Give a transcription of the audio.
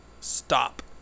Stop